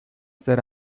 ser